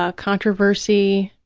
ah controversy,